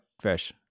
Fresh